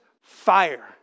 fire